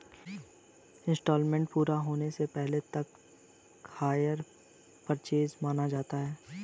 instalment पूरा होने से पहले तक हायर परचेस माना जाता है